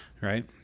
Right